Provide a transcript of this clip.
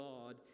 God